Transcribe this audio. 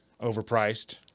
Overpriced